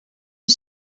een